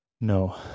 No